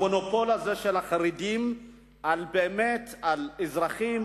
המונופול הזה של החרדים על אזרחים